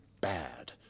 bad